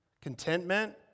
Contentment